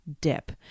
dip